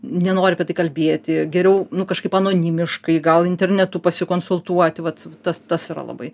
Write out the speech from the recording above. nenori apie tai kalbėti geriau nu kažkaip anonimiškai gal internetu pasikonsultuoti vat tas tas yra labai